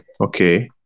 Okay